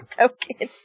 token